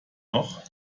noch